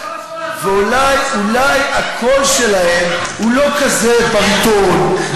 ואולי הקול שלהם הוא לא כזה בריטון,